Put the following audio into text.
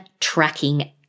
tracking